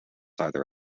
either